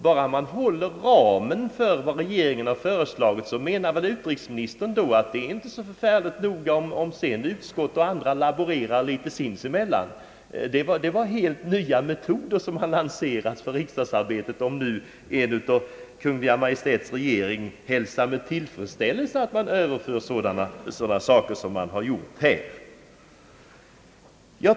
Bara man håller ramen för vad regeringen föreslagit, menar utrikesministern att det inte är så noga om sedan utskottet och andra laborerar litet med huvudtitlarna. Det är helt nya metoder som lanseras för riksdagsarbetet, om nu en ledamot av Kungl. Maj:ts regering med tillfredsställelse hälsar sådant.